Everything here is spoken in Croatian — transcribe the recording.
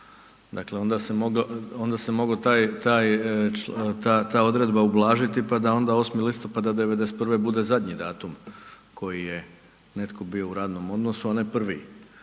taj, taj, ta, ta odredba ublažiti, pa da onda 8. listopada '91. bude zadnji datum koji je netko bio u radnom odnosu, a ne prvi,